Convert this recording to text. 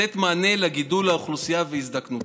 לתת מענה לגידול האוכלוסייה ולהזדקנותה.